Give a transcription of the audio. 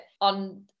on